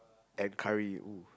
and curry !ooh!